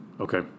Okay